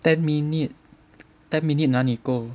ten minute ten minute 哪里够